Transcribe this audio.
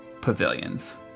pavilions